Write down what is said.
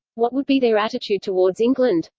what would be their attitude towards england?